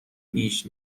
بیش